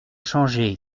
changé